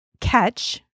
catch